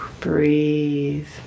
Breathe